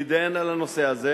נתדיין על הנושא הזה,